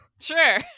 sure